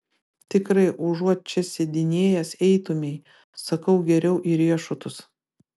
tikrai užuot čia sėdinėjęs eitumei sakau geriau į riešutus